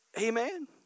Amen